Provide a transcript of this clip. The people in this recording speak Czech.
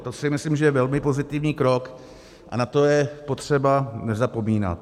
To si myslím, že je velmi pozitivní krok, a na to je potřeba nezapomínat.